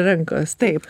rankos taip